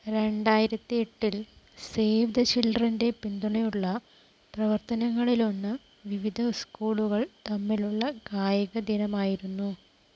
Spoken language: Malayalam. രണ്ടായിരത്തി എട്ടിൽ സേവ് ദ ചിൽഡ്രന്റെ പിന്തുണയുള്ള പ്രവർത്തനങ്ങളിലൊന്ന് വിവിധ സ്കൂളുകൾ തമ്മിലുള്ള കായിക ദിനമായിരുന്നു